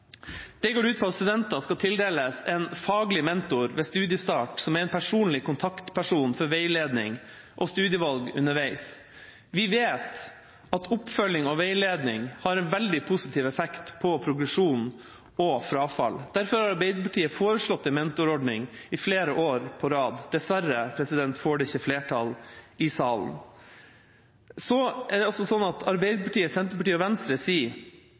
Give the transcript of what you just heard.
Det går ut på at studenter ved studiestart skal tildeles en faglig mentor, som er en personlig kontaktperson for veiledning og studievalg underveis. Vi vet at oppfølging og veiledning har en veldig positiv effekt på progresjon og frafall. Derfor har Arbeiderpartiet foreslått en mentorordning i flere år på rad. Dessverre får det ikke flertall i salen. Så foreslår Arbeiderpartiet, Senterpartiet og